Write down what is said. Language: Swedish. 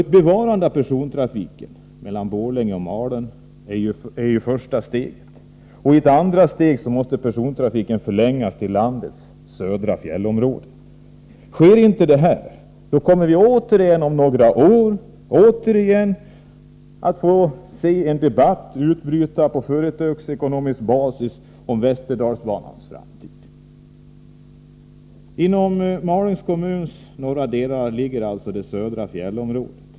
Ett bevarande av persontrafiken mellan Borlänge och Malung är ett första steg. I ett andra steg måste persontrafiken förlängas till landets södra fjällområden. Sker inte detta, kommer det om några år återigen att utbryta en debatt på företagsekonomisk basis om Västerdalsbanans framtid. Inom Malungs kommuns norra delar ligger landets södra fjällområde.